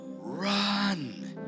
run